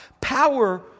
Power